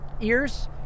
ears